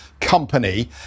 company